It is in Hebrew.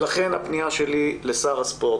צוהריים טובים לכולם,